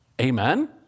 Amen